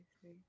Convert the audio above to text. three